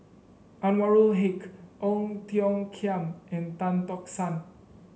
Anwarul Haque Ong Tiong Khiam and Tan Tock San